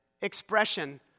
expression